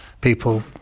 people